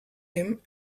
him